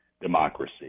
democracy